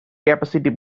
capacity